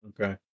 Okay